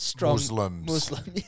Muslims